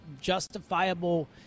justifiable